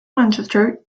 manchester